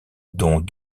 dont